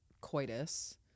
coitus